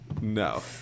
No